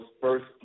first